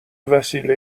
وسیله